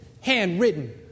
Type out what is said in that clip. handwritten